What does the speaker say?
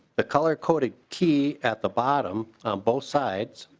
the color-coded key at the bottom on both sides